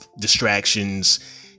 distractions